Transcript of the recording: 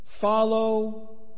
Follow